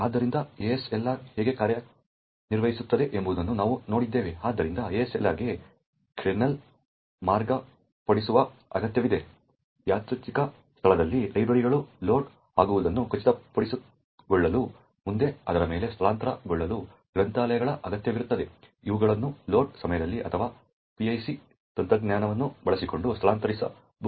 ಆದ್ದರಿಂದ ASLR ಹೇಗೆ ಕಾರ್ಯನಿರ್ವಹಿಸುತ್ತದೆ ಎಂಬುದನ್ನು ನಾವು ನೋಡಿದ್ದೇವೆ ಆದ್ದರಿಂದ ASLR ಗೆ ಕರ್ನಲ್ಗೆ ಮಾರ್ಪಾಡುಗಳ ಅಗತ್ಯವಿದೆ ಯಾದೃಚ್ಛಿಕ ಸ್ಥಳಗಳಲ್ಲಿ ಲೈಬ್ರರಿಗಳು ಲೋಡ್ ಆಗುವುದನ್ನು ಖಚಿತಪಡಿಸಿಕೊಳ್ಳಲು ಮುಂದೆ ಅದರ ಮೇಲೆ ಸ್ಥಳಾಂತರಗೊಳ್ಳುವ ಗ್ರಂಥಾಲಯಗಳ ಅಗತ್ಯವಿರುತ್ತದೆ ಇವುಗಳನ್ನು ಲೋಡ್ ಸಮಯದಲ್ಲಿ ಅಥವಾ PIC ತಂತ್ರವನ್ನು ಬಳಸಿಕೊಂಡು ಸ್ಥಳಾಂತರಿಸಬಹುದಾಗಿದೆ